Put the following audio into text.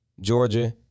Georgia